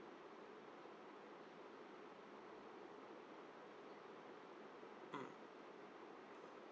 mm